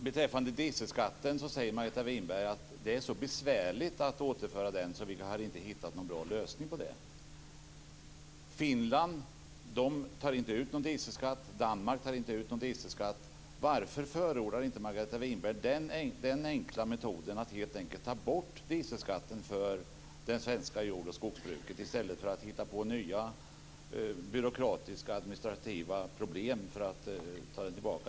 Beträffande dieselskatten säger Margareta Winberg att det är så besvärligt att återföra det här, så vi har inte hittat någon bra lösning. Finland tar inte ut någon dieselskatt. Danmark tar inte ut någon dieselskatt. Varför förordar inte Margareta Winberg den enkla metoden att helt enkelt ta bort dieselskatten för det svenska jord och skogsbruket i stället för att hitta på nya byråkratiska, administrativa problem?